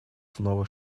снова